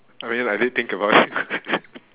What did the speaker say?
I mean I did think about it